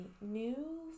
new